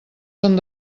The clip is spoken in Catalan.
són